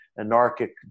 anarchic